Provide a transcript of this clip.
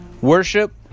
worship